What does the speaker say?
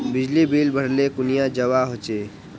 बिजली बिल भरले कुनियाँ जवा होचे?